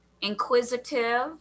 inquisitive